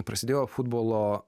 prasidėjo futbolo